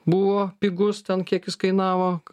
buvo pigus ten kiek jis kainavo